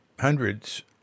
hundreds